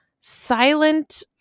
silent